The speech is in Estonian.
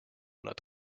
nad